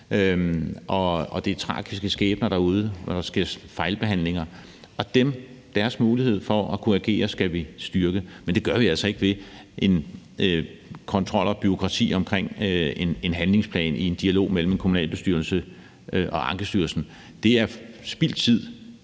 Der er tragiske skæbner derude, og der sker fejlbehandlinger, og deres mulighed for at kunne agere skal vi styrke, men det gør vi altså ikke via kontrol og bureaukrati i forbindelse med en handlingsplan i en dialog mellem en kommunalbestyrelse og Ankestyrelsen. Det er spildt tid